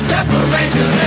Separation